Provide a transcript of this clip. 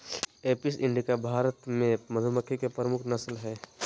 Apis indica Bharat मे मधुमक्खी के प्रमुख नस्ल हय